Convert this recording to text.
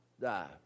die